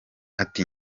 ati